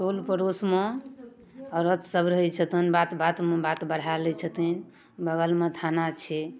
टोल पड़ोसमे औरत सब रहै छथिन बात बातमे बात बढ़ा लै छथिन बगलमे थाना छै